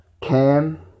Cam